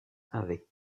avec